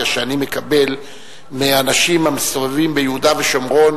שאני מקבל מהאנשים המסתובבים ביהודה ושומרון,